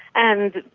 and